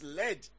led